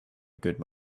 good